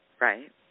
Right